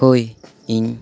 ᱦᱳᱭ ᱤᱧ